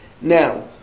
Now